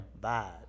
Bye